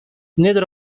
neither